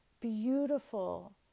beautiful